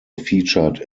featured